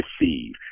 receive